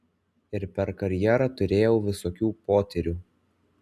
ir per karjerą turėjau visokių potyrių